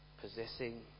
possessing